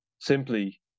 simply